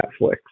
Netflix